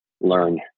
learn